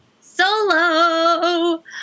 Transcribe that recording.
Solo